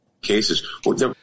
cases